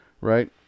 right